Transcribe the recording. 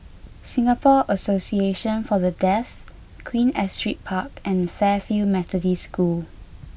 Singapore Association for the Deaf Queen Astrid Park and Fairfield Methodist School